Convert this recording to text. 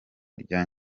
rya